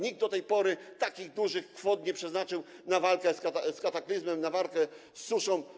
Nikt do tej pory takich dużych kwot nie przeznaczył na walkę z kataklizmem, na walkę z suszą.